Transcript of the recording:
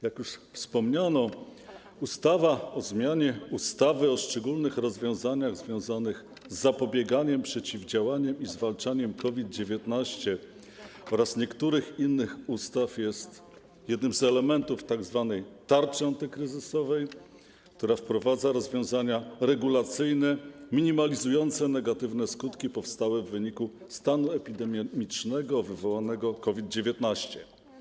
Jak już wspomniano, ustawa o zmianie ustawy o szczególnych rozwiązaniach związanych z zapobieganiem, przeciwdziałaniem i zwalczaniem COVID-19 oraz niektórych innych ustaw jest jednym z elementów tzw. tarczy antykryzysowej, która wprowadza rozwiązania regulacyjne minimalizujące negatywne skutki powstałe w wyniku stanu epidemicznego wywołanego COVID-19.